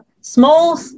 small